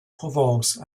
provence